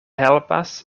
helpas